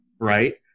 Right